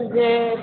ଯେ